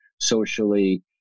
socially